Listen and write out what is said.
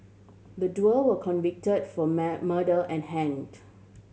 the duo were convict for murder and hanged